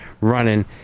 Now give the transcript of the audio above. running